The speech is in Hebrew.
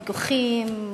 ויכוחים,